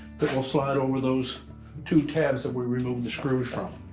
that will slide over those two tabs that we removed the screws from.